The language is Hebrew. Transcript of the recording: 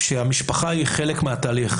שהמשפחה היא חלק מהתהליך.